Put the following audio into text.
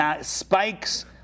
Spikes